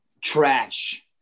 Trash